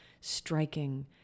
striking